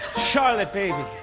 charlotte baby,